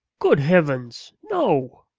good heavens, no.